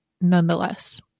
nonetheless